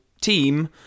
team